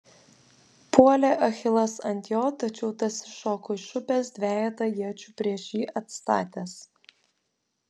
puolė achilas ant jo tačiau tas iššoko iš upės dvejetą iečių prieš jį atstatęs